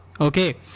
okay